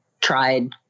tried